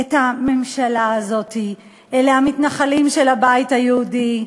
את הממשלה הזאת אלה המתנחלים של הבית היהודי,